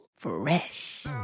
Fresh